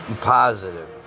Positive